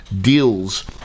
deals